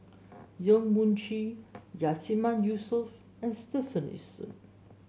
Yong Mun Chee Yatiman Yusof and Stefanie Sun